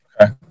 Okay